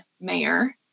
mayor